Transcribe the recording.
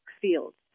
fields